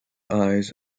eyes